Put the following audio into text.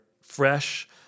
fresh